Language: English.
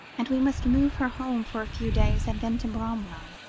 and we must move her home for a few days, and then to bramwell.